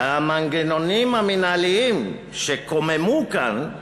והמנגנונים המינהליים שקוממו כאן,